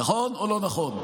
נכון או לא נכון?